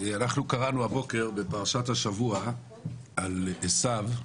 אנחנו קראנו הבוקר בפרשת השבוע על עשיו.